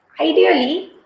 ideally